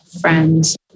friends